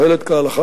החשמל,